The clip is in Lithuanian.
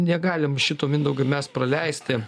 negalim šito mindaugai mes praleisti